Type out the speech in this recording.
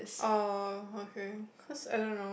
oh okay cause I don't know